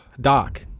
Doc